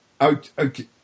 okay